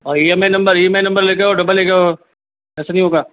और E M I number E M I number लेकर आओ डिब्बा लेकर आओ आप ऐसे नहीं होगा